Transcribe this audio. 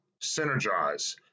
synergize